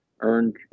earned